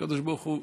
הקדוש ברוך הוא,